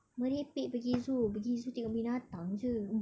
merepek pergi zoo pergi zoo tengok binatang jer